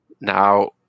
now